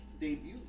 debut